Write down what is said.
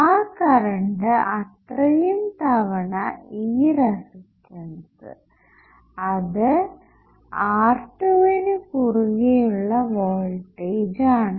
ആ കറണ്ട് അത്രയും തവണ ഈ റെസിസ്റ്റൻസ് അത് R2 ന് കുറുകെ ഉള്ള വോൾടേജ് ആണ്